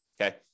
Okay